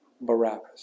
Barabbas